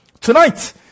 Tonight